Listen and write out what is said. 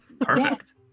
Perfect